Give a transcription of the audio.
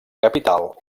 capital